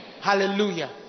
Hallelujah